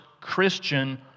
Christian